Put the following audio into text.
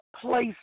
place